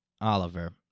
Oliver